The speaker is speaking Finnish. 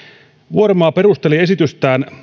vuorenmaa perusteli esitystään